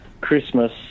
Christmas